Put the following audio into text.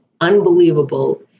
unbelievable